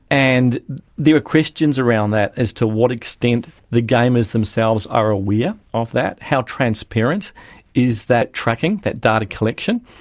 and there are questions around that as to what extent the gamers themselves are aware of that, how transparent is that tracking, that data collection.